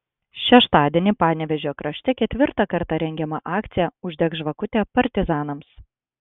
šeštadienį panevėžio krašte ketvirtą kartą rengiama akcija uždek žvakutę partizanams